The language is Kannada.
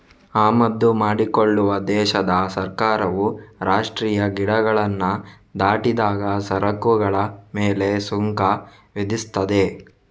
ಆಮದು ಮಾಡಿಕೊಳ್ಳುವ ದೇಶದ ಸರ್ಕಾರವು ರಾಷ್ಟ್ರೀಯ ಗಡಿಗಳನ್ನ ದಾಟಿದಾಗ ಸರಕುಗಳ ಮೇಲೆ ಸುಂಕ ವಿಧಿಸ್ತದೆ